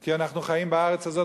כי אנחנו חיים בארץ הזאת,